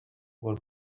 were